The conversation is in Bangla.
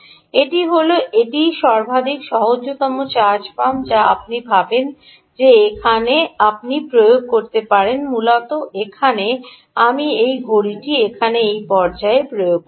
এটি হল এটিই সর্বাধিক সহজতম চার্জ পাম্প যা আপনি ভাবেন যে আপনি এখানে পর্যায়ে যোগ করতে পারেন মূলত এখানে আমি এই ঘড়িটি এখানে এই পর্যায়ে প্রয়োগ করেছি